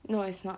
no it's not